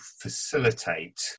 facilitate